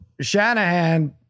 Shanahan